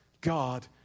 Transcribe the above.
God